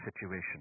situation